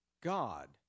God